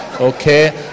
okay